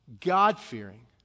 god-fearing